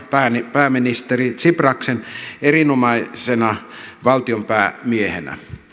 pääministeri tsiprasta erinomaisena valtionpäämiehenä